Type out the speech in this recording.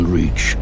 reach